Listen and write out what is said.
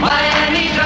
Miami